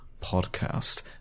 podcast